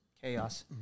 chaos